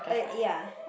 uh ya